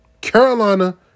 Carolina